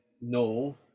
no